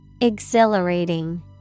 Exhilarating